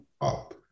up